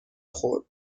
خورد